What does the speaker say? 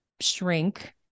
shrink